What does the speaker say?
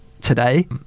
today